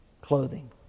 clothing